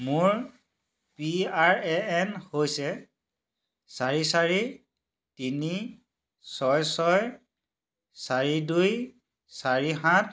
মোৰ P R A N হৈছে চাৰি চাৰি তিনি ছয় ছয় চাৰি দুই চাৰি সাত